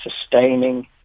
sustaining